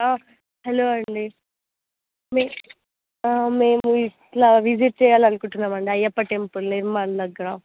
hello అండి మేము ఇట్లా విజిట్ చేయాలని అకుంటున్నాం అండి అయ్యప్ప టెంపుల్ నిర్మల్ దగ్గర